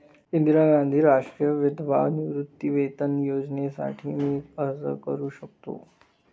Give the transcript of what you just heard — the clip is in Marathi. इंदिरा गांधी राष्ट्रीय विधवा निवृत्तीवेतन योजनेसाठी मी अर्ज करू शकतो?